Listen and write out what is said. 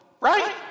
right